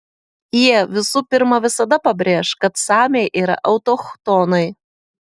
jie visų pirma visada pabrėš kad samiai yra autochtonai